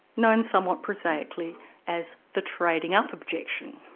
known somewhat prosaically as the trading-up objection.